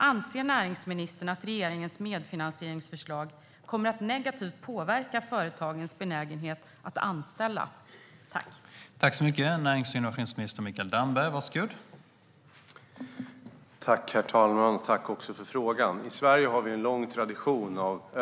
Anser näringsministern att regeringens medfinansieringsförslag kommer att påverka företagens benägenhet att anställa på ett negativt sätt?